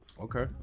Okay